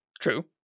True